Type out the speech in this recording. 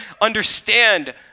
understand